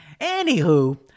Anywho